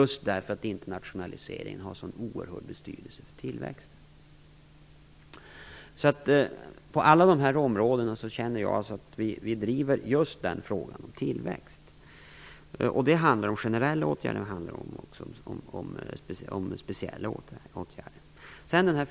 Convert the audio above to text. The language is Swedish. Internationaliseringen har en oerhörd betydelse för tillväxten. Det handlar om generella åtgärder, men det handlar också om speciella åtgärder.